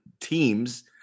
teams